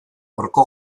horko